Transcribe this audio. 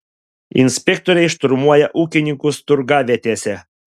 inspektoriai šturmuoja ūkininkus turgavietėse